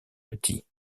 petit